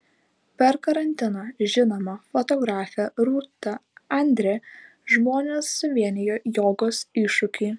per karantiną žinoma fotografė rūta andre žmones suvienijo jogos iššūkiui